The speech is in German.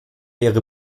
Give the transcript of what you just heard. ihre